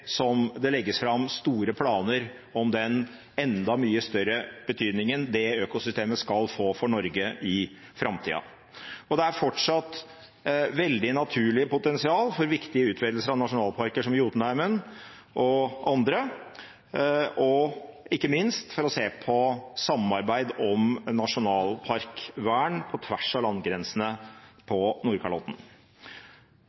som det legges fram store planer om den enda mye større betydningen det økosystemet skal få for Norge i framtiden. Det er fortsatt et veldig naturlig potensial for viktige utvidelser av nasjonalparker som Jotunheimen og andre og ikke minst for å se på samarbeid om nasjonalparkvern på tvers av landegrensene på